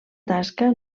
tasca